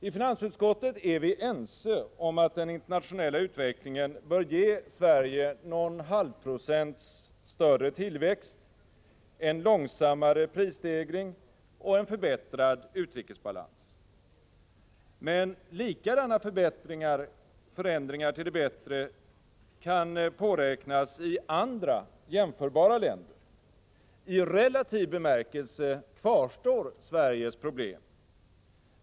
I finansutskottet är vi ense om att den internationella utvecklingen bör ge Sverige någon halvprocents större tillväxt, en långsammare prisstegring och en förbättrad utrikesbalans. Men likadana förändringar till det bättre kan 5 påräknas i andra, jämförbara länder. I relativ bemärkelse kvarstår Sveriges problem.